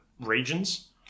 regions